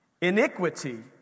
Iniquity